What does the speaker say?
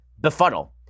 befuddle